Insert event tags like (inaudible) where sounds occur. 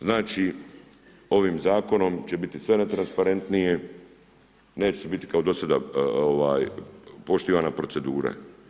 Znači ovim zakonom će biti sve ... (unintelligible) transparentniji, neće biti kao do sada poštivana procedura.